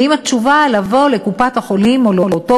ועם התשובה לבוא לקופת-החולים או לאותו